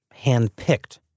handpicked